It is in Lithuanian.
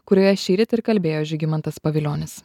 kurioje šįryt ir kalbėjo žygimantas pavilionis